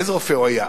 איזה רופא הוא היה,